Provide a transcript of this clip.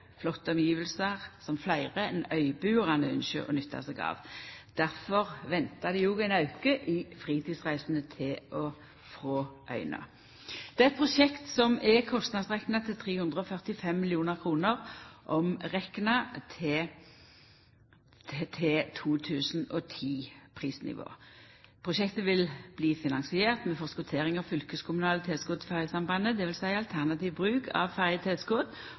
som fleire enn øybuarane ynskjer å nytta seg av. Difor ventar dei òg ein auke i fritidsreisande til og frå øya. Det er eit prosjekt som er kostnadsrekna til 345 mill. kr omrekna til 2010-prisnivå. Prosjektet vil bli finansiert med forskottering av fylkeskommunale tilskot til ferjesambandet, dvs. alternativ bruk av